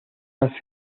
las